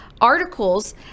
articles